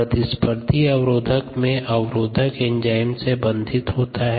प्रतिस्पर्धी अवरोध में अवरोधक एंजाइम से बंधित होता है